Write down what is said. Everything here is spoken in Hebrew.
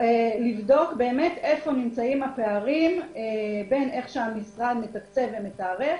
לבדוק איפה נמצאים הפערים בין איך שהמשרד מתקצב ומתערף,